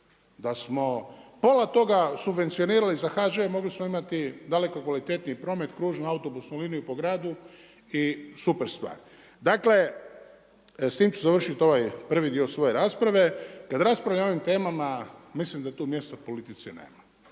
Da smo pola toga subvencionirali za HŽ mogli smo imati daleko kvalitetniji promet, kružnu autobusnu liniju po gradu i super stvar. Dakle, s tim ću završiti ovaj prvi dio svoje rasprave kada raspravljamo o ovim temama mislim da tu mjesta politici nema,